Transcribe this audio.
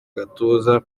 agatuza